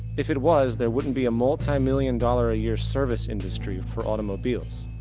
if it was, there wouldn't be a multi-million dollar a year service industry for automobiles.